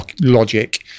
logic